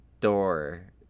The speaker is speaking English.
door